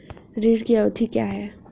ऋण की अवधि क्या है?